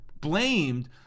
blamed